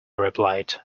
replied